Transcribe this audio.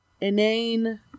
inane